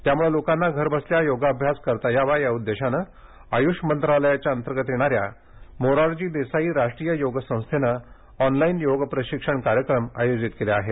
त्यामुळं लोकांना घरबसल्या योगाभ्यास करता यावा या उद्देशानं आयूष मंत्रालयाच्या अंतर्गत येणाऱ्या मोरारजी देसाई राष्ट्रीय योगसंस्थेनं ऑनलाइन योग प्रशिक्षण कार्यक्रम आयोजित केले आहेत